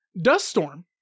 Duststorm